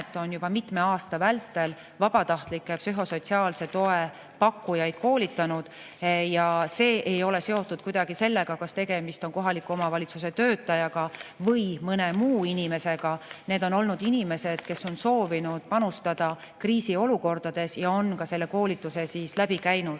on juba mitme aasta vältel vabatahtlikke psühhosotsiaalse toe pakkujaid koolitanud. Ja see ei ole kuidagi seotud sellega, kas tegemist on kohaliku omavalitsuse töötajaga või mõne muu inimesega. Need on olnud inimesed, kes on soovinud panustada kriisiolukordade [lahendamisse] ja on selle koolituse läbi teinud.